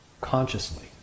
consciously